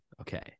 okay